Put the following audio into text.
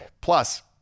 Plus